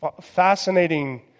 Fascinating